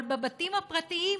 אבל בבתים הפרטיים,